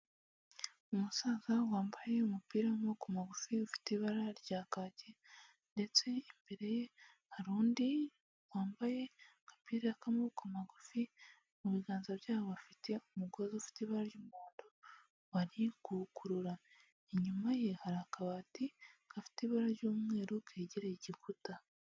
Umusaza wambaye umupira w'amaboko magufi ufite ibara rya kaki ndetse imbere ye hari undi wambaye agapira k'amaboko magufi mu biganza byabo bafite umugozi ufite ibara ry'umuhondo bari kuwukurura, inyuma ye hari akabati gafite ibara ry'umweru kegereye igikuta.